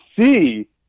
see